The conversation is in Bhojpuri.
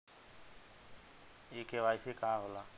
इ के.वाइ.सी का हो ला?